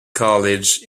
college